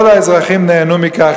כל האזרחים נהנו מכך,